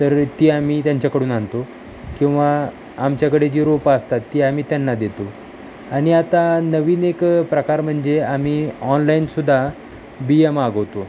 तर ती आम्ही त्यांच्याकडून आणतो किंवा आमच्याकडे जी रोपं असतात ती आम्ही त्यांना देतो आणि आता नवीन एक प्रकार म्हणजे आम्ही ऑनलाईन सुद्धा बीया मागवतो